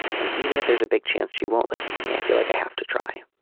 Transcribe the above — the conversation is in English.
and even if there's a big chance she won't listen to me i feel like i have to try.